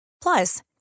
Plus